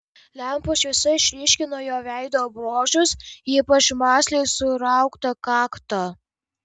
lempos šviesa išryškino jo veido bruožus ypač mąsliai surauktą kaktą